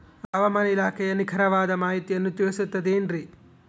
ಹವಮಾನ ಇಲಾಖೆಯ ನಿಖರವಾದ ಮಾಹಿತಿಯನ್ನ ತಿಳಿಸುತ್ತದೆ ಎನ್ರಿ?